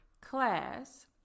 class